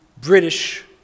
British